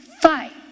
Fight